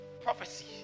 prophecy